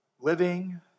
Living